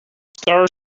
star